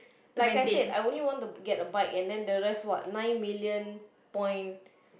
like I said I only want to get a bike and then the rest what nine million point